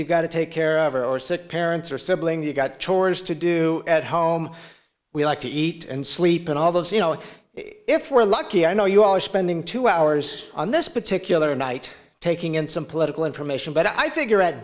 you've got to take care of her or sick parents or siblings you got chores to do at home we like to eat and sleep in all those you know if we're lucky i know you are spending two hours on this particular night taking in some political information but i